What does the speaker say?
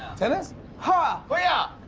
tennis ah player. yeah.